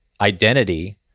identity